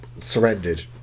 surrendered